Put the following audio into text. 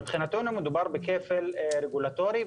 מבחינתנו מדובר בכפל רגולטורי,